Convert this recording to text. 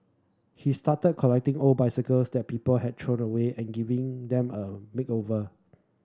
he started collecting old bicycles that people had thrown away and giving them a makeover